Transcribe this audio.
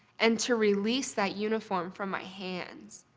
and to release that uniform from my hands,